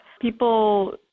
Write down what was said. people